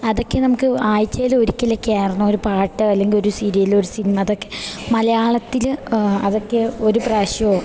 അതൊക്കെ നമുക്ക് ആഴ്ച്ചയിൽ ഒരിക്കലൊക്കെ ആയിരുന്നു ഒരു പാട്ട് അല്ലെങ്കിൽ ഒരു സീരിയല് ഒരു സിനിമ അതൊക്കെ മലയാളത്തിൽ അതൊക്കെ ഒരു പ്രാവിശ്യമോ